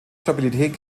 stabilität